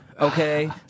Okay